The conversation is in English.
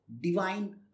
divine